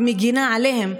ומגינה עליהם,